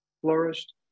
flourished